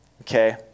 okay